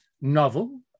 novel